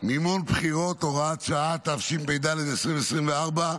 (מימון בחירות) (הוראת שעה), התשפ"ד 2024,